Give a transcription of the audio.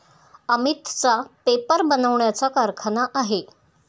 अमितचा पेपर बनवण्याचा कारखाना आहे